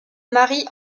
marie